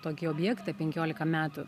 tokį objektą penkiolika metų